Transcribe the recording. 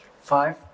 five